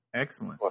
Excellent